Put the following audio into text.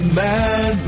man